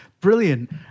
brilliant